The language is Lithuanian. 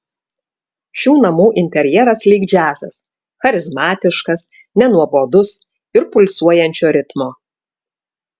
šių namų interjeras lyg džiazas charizmatiškas nenuobodus ir pulsuojančio ritmo